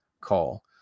call